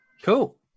Cool